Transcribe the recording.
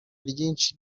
ryinshi